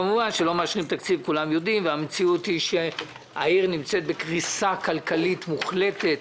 כמובן שלא מאשרים תקציב והמציאות שהעיר נמצאת בקריסה כלכלית מוחלטת,